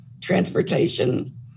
transportation